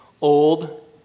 old